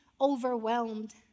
overwhelmed